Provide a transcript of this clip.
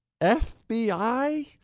FBI